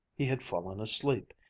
he had fallen asleep,